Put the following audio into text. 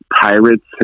Pirates